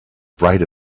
bright